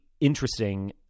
interesting